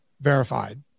verified